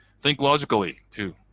think logically too.